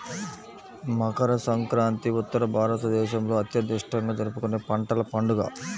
మకర సంక్రాంతి ఉత్తర భారతదేశంలో అత్యంత ఇష్టంగా జరుపుకునే పంటల పండుగ